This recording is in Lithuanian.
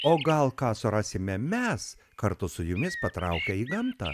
o gal ką surasime mes kartu su jumis patraukę į gamtą